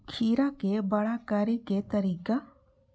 खीरा के बड़ा करे के तरीका?